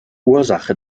ursache